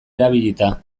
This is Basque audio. erabilita